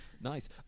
Nice